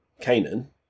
Canaan